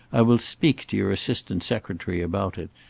i will speak to your assistant secretary about it,